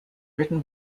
written